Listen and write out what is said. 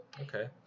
Okay